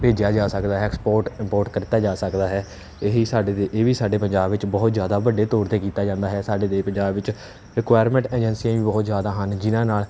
ਭੇਜਿਆ ਜਾ ਸਕਦਾ ਐਕਸਪੋਟ ਇੰਪੋਰਟ ਕੀਤਾ ਜਾ ਸਕਦਾ ਹੈ ਇਹ ਹੀ ਸਾਡੀ ਇਹ ਵੀ ਸਾਡੇ ਪੰਜਾਬ ਵਿੱਚ ਬਹੁਤ ਜ਼ਿਆਦਾ ਵੱਡੇ ਤੌਰ 'ਤੇ ਕੀਤਾ ਜਾਂਦਾ ਹੈ ਸਾਡੇ ਦੇਸ਼ ਪੰਜਾਬ ਵਿੱਚ ਰਿਕੁਆਇਰਮੈਂਟ ਏਜੰਸੀਆਂ ਵੀ ਬਹੁਤ ਜ਼ਿਆਦਾ ਹਨ ਜਿਹਨਾਂ ਨਾਲ